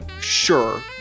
sure